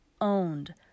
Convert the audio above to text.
owned